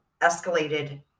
escalated